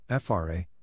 FRA